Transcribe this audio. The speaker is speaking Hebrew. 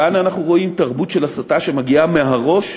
כאן אנחנו רואים תרבות של הסתה שמגיעה מהראש,